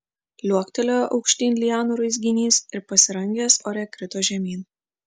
liuoktelėjo aukštyn lianų raizginys ir pasirangęs ore krito žemyn